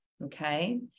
Okay